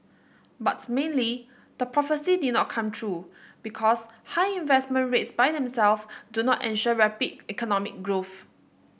but mainly the prophecy did not come true because high investment rates by them self do not ensure rapid economic growth